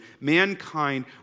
Mankind